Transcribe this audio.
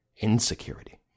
Insecurity